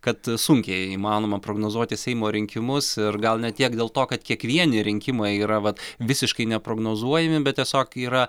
kad sunkiai įmanoma prognozuoti seimo rinkimus ir gal ne tiek dėl to kad kiekvieni rinkimai yra vat visiškai neprognozuojami bet tiesiog yra